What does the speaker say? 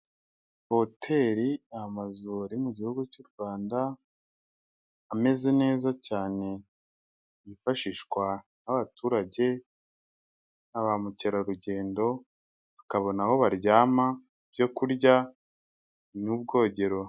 Hoteri ni amazu ari mu gihugu cy'u Rwanda ameze neza cyane yifashishwa n'abaturage na bamukerarugendo bakabona aho baryama, byo kurya n'ubwogero.